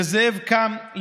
לזאב קם,